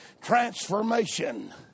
transformation